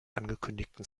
angekündigten